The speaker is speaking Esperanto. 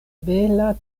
bela